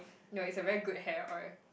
no it's a very good hair oil